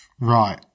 Right